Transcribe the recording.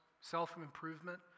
self-improvement